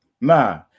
Nah